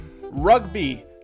Rugby